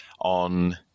On